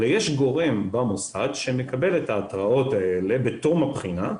אלא יש גורם במוסד שמקבל את ההתראות האלה בתום הבחינה,